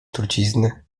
trucizny